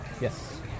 Yes